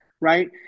right